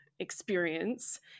experience